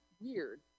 weird